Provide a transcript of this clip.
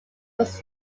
was